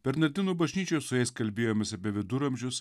bernardinų bažnyčioje su jais kalbėjomės apie viduramžius